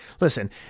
Listen